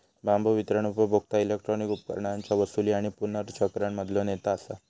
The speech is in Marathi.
बांबू वितरण उपभोक्ता इलेक्ट्रॉनिक उपकरणांच्या वसूली आणि पुनर्चक्रण मधलो नेता असा